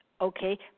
Okay